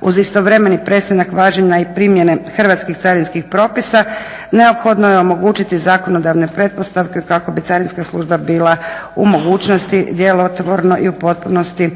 uz istovremeni prestanak važenja i primjene hrvatskih carinskih propisa neophodno je omogućiti zakonodavne pretpostavke kako bi carinska služba bila u mogućnosti djelotvorno i u potpunosti